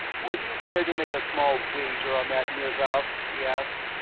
would you care to make a small wager on that, nirzav? he asked.